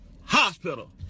hospital